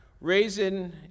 raising